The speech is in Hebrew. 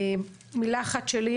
מילה אחת שלי.